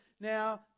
Now